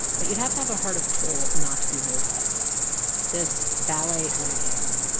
but you'd have to have a heart of coal not to be moved by this this ballet in the air.